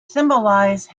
symbolize